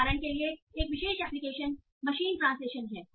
उदाहरण के लिए एक विशेष एप्लीकेशन मशीन ट्रांसलेशन है